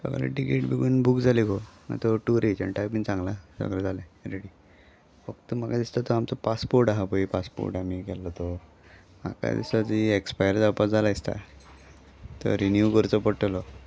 सगलें टिकेट बगून बूक जाली गो तो टूर एजंटायय बीन सांगला सगलें जालें रेडी फक्त म्हाका दिसता तो आमचो पासपोर्ट आसा पळय पासपोर्ट आमी केल्लो तो म्हाका दिसता ती एक्सपायर जावपा जाला दिसता तो रिनीव करचो पडटलो